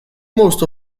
most